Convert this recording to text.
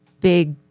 big